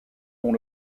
dont